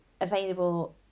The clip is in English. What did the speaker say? available